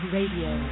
Radio